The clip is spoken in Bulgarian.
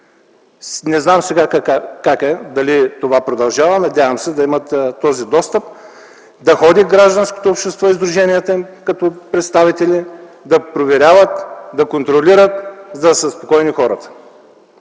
Не знам сега как е и дали това продължава. Надявам се да имат този достъп, за да има възможност гражданското общество и сдруженията – техни представители, да проверяват, да контролират, за да са спокойни хората.